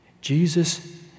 Jesus